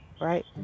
right